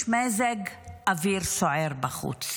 יש מזג אוויר סוער בחוץ.